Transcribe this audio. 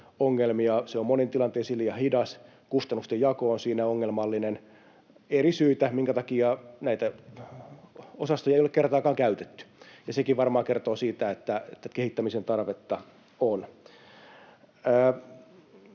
ongelmia: se on moniin tilanteisiin liian hidas, kustannusten jako on siinä ongelmallinen, on eri syitä, minkä takia näitä osastoja ei ole kertaakaan käytetty, ja sekin varmaan kertoo siitä, että tätä kehittämisen tarvetta on.